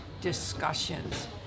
discussions